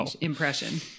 impression